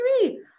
three